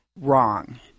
wrong